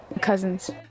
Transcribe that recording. cousins